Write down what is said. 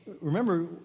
remember